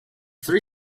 three